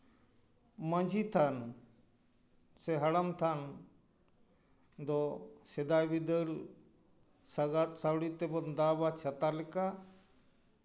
ᱢᱟᱺᱡᱷᱤ ᱛᱷᱟᱱ ᱥᱮ ᱦᱟᱲᱟᱢ ᱛᱷᱟᱱ ᱫᱚ ᱥᱮᱫᱟᱭ ᱵᱤᱫᱟᱹᱞ ᱥᱟᱸᱜᱟᱫ ᱥᱟᱹᱣᱲᱤ ᱛᱮᱵᱚᱱ ᱫᱟᱵ ᱟ ᱪᱷᱟᱛᱟ ᱞᱮᱠᱟ